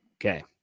Okay